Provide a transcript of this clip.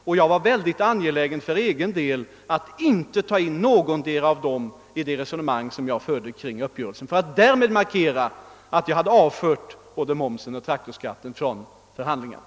För egen del var jag också mycket angelägen att inte ta med någondera av dessa skatter i det resonemang som jag förde i departementschefsanförandet kring uppgörelsen för att därmed markera, att jag hade avfört både momsen och traktorskatten från förhandlingarna.